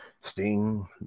Sting